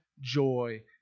joy